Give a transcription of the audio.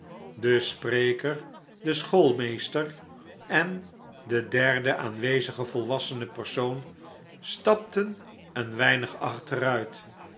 de spreker de schoolmeester en de derde aanwezige volwassene persoon stapten een weinig achteruit